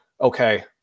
okay